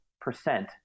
percent